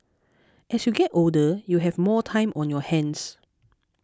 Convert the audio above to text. as you get older you have more time on your hands